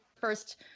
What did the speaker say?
first